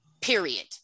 period